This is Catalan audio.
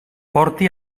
porti